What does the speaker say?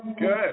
Good